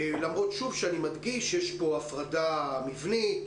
למרות שאני מדגיש שיש פה הפרדה מבנית,